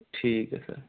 ठीक है सर